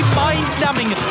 mind-numbing